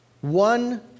one